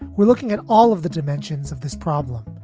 we're looking at all of the dimensions of this problem.